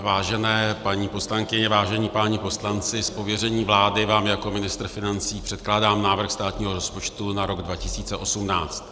Vážené paní poslankyně, vážení páni poslanci, z pověření vlády vám jako ministr financí předkládám návrh státního rozpočtu na rok 2018.